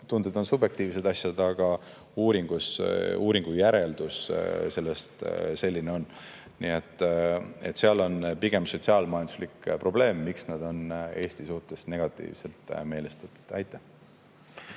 tunded on subjektiivsed asjad, aga uuringu järeldus selline on. Nii et see on pigem sotsiaal-majanduslik probleem, miks nad on Eesti suhtes negatiivselt meelestatud. Aitäh!